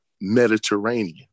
mediterranean